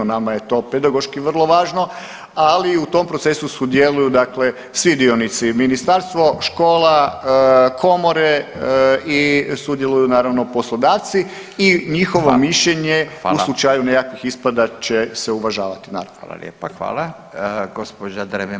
Nama je to pedagoški vrlo važno, ali u tom procesu sudjeluju dakle svi dionici, ministarstvo, škola, komore i sudjeluju naravno poslodavci i njihovo [[Upadica: Hvala.]] mišljenje u slučaju nekakvih ispada će se uvažavati naravno.